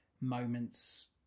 moments